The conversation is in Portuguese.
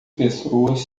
pessoas